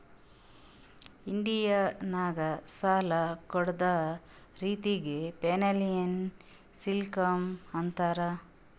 India ನಾಗ್ ಸಾಲ ಕೊಡ್ಡದ್ ರಿತ್ತಿಗ್ ಫೈನಾನ್ಸಿಯಲ್ ಸ್ಕೀಮ್ ಅಂತಾರ್